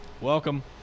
Welcome